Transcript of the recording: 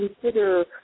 consider